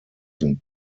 sind